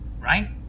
right